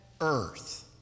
earth